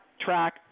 track